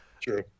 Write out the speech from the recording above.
True